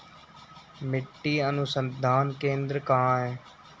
मिट्टी अनुसंधान केंद्र कहाँ है?